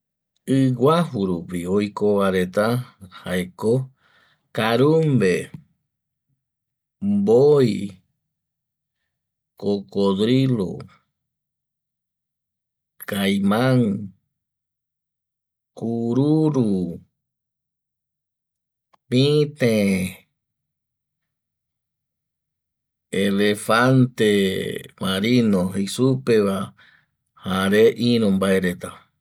Iguajo rupi oiko vareta jaeko karumbe mboi cocodrilo, caiman, cururu, pite elefante marino, jeisupe va jare iru mbaereta